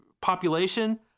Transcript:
population